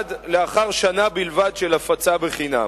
במיוחד לאחר שנה בלבד של הפצה בחינם.